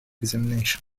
examination